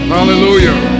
Hallelujah